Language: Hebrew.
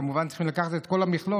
כמובן צריכים לקחת את כל המכלול,